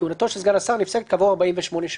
כהונתו של סגן השר נפסקת כעבור 48 שעות.